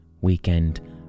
weekend